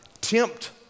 tempt